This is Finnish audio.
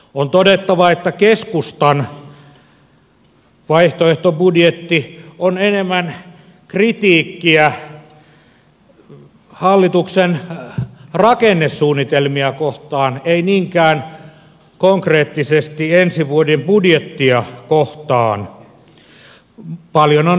on todettava että keskustan vaihtoehtobudjetti on enemmän kritiikkiä hallituksen rakennesuunnitelmia kohtaan ei niinkään konkreettisesti ensi vuoden budjettia kohtaan